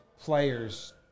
players